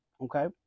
okay